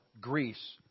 Greece